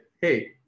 hey